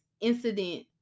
incident